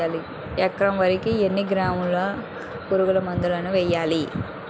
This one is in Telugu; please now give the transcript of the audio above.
ఎకర వరి కి ఎన్ని కిలోగ్రాముల పురుగు మందులను వేయాలి?